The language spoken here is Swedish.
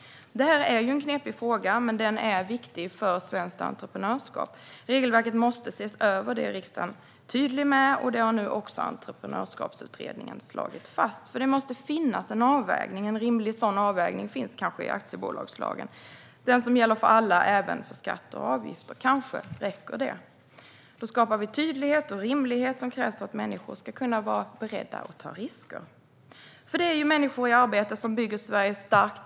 Det här är en knepig fråga, men den är viktig för svenskt entreprenörskap. Regelverket måste ses över. Det är riksdagen tydlig med, och det har nu också Entreprenörskapsutredningen slagit fast. Det måste finnas en avvägning. En rimlig sådan avvägning finns i aktiebolagslagen, den som gäller för alla, alltså även för skatter och avgifter. Kanske räcker det för att skapa den tydlighet och rimlighet som krävs för att människor ska kunna vara beredda att ta risker. Det är människor i arbete som bygger Sverige starkt.